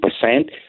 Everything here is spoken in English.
percent